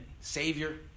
Savior